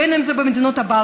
בין אם זה במדינות הבלטיות,